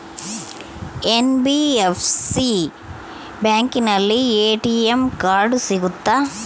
NBFC ಬ್ಯಾಂಕಿನಲ್ಲಿ ATM card ಸಿಗುತ್ತಾ?